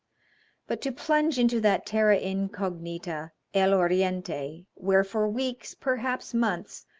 but to plunge into that terra incognita el oriente, where for weeks, perhaps months,